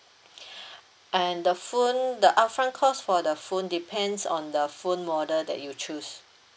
and the phone the upfront cost for the phone depends on the phone model that you choose